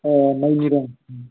अ नायनि र'